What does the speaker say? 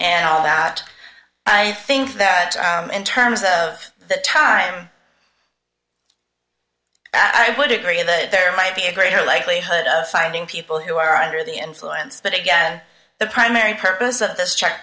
and all that i think that in terms of that time i would agree that there might be a greater likelihood of finding people who are under the influence but again the primary purpose of this